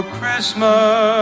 Christmas